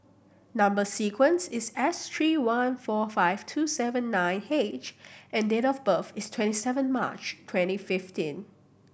number sequence is S three one four five two seven nine H and date of birth is twenty seven March twenty fifteen